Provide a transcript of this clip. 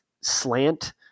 slant